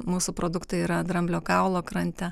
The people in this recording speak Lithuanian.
mūsų produktai yra dramblio kaulo krante